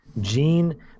Gene